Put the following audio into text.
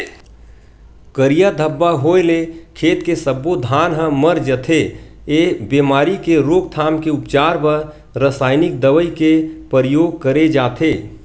करिया धब्बा होय ले खेत के सब्बो धान ह मर जथे, ए बेमारी के रोकथाम के उपचार बर रसाइनिक दवई के परियोग करे जाथे